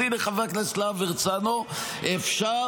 אז הינה, חבר הכנסת להב הרצנו, אפשר